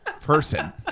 Person